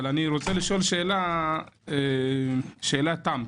אבל אני רוצה לשאול שאלת תם.